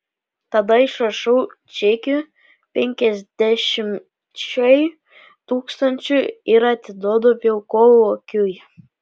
tada išrašau čekį penkiasdešimčiai tūkstančių ir atiduodu vilkolakiui